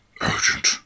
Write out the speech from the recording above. Urgent